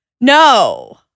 No